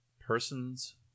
person's